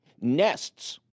Nests